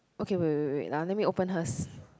okay wait wait wait wait ya let me open hers